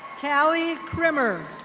callie krimmer.